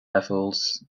levels